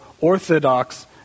orthodox